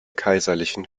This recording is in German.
kaiserlichen